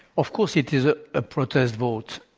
of course it is a ah protest vote,